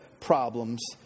problems